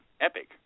epic